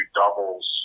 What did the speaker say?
doubles